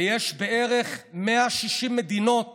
ויש בערך 160 מדינות